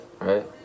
right